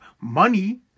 money